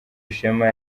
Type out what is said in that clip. ishema